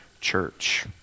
church